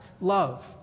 love